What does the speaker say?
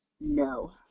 No